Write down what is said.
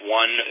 one